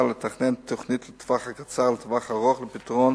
ולתכנן תוכנית לטווח הקצר ולטווח הארוך לפתרון